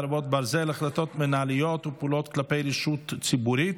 חרבות ברזל) (החלטות מינהליות ופעולות כלפי רשות ציבורית,